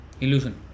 illusion